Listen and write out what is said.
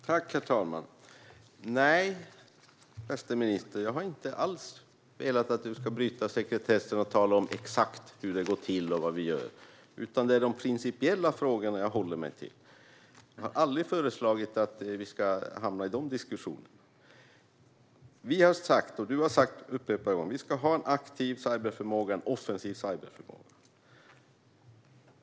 Herr talman! Nej, bäste minister, jag har inte alls velat att du ska bryta sekretessen och tala om exakt hur det går till och vad vi gör. Det är de principiella frågorna jag håller mig till. Jag har aldrig föreslagit att vi ska hamna i de diskussionerna. Försvarsministern har upprepade gånger sagt att det ska finnas en offensiv och aktiv cyberförmåga.